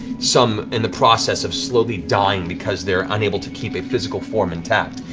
some in the process of slowly dying because they're unable to keep a physical form intact.